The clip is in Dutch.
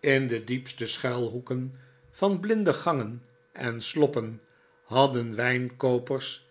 in de diepste schuilhoeken van blinde gangen en sloppen hadden wijnkoopers